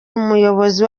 umuyobozi